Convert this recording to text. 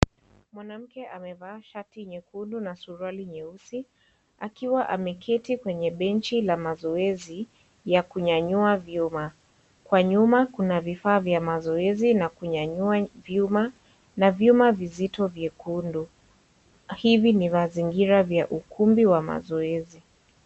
Mwanamke amevalia shati nyekundu na suruali nyeusi akiwa ameketi kwenye benchi la mazoezi ya kunyanyua vyuma kwa nyuma kuna vifaa vya mazoezi na kunyanyua vyuma vyuma vizito vyekundu hivi ni mazingira vya ukumbi wa mazoezi.